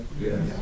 Yes